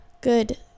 good